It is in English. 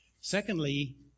Secondly